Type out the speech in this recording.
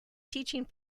teaching